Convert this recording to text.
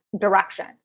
direction